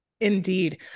Indeed